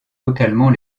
localement